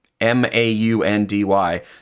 m-a-u-n-d-y